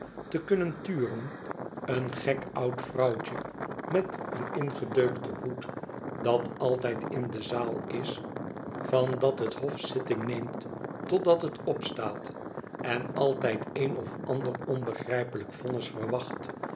te kunnen tuien een gek oud vrouwtje met een ingedeukten hoed dat altijd in de zaal is van dat het hof zitting neemt totdat het opstaat en altijd een of ander onbegrijpelijk vonnis verwacht